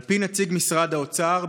על פי נציג משרד האוצר,